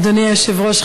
אדוני היושב-ראש,